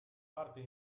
parte